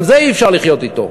גם זה אי-אפשר לחיות אתו.